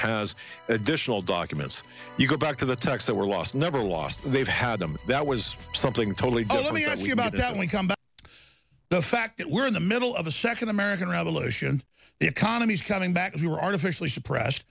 has additional documents you go back to the talks that were lost never lost they've had them that was something totally let me ask you about that we come back the fact that we're in the middle of a second american revolution the economy's coming back you were artificially suppressed